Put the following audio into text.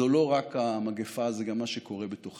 זו לא רק המגפה, זה גם מה שקורה בתוכנו.